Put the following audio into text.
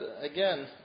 again